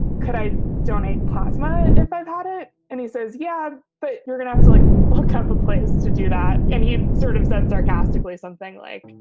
could i donate klausmeier if i've had it? and he says, yeah, but you're going out to like a couple of places to do that. and he sort of said sarcastically, something like.